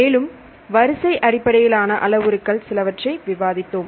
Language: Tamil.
மேலும் வரிசை அடிப்படையிலான அளவுருக்கள் சிலவற்றை விவாதித்தோம்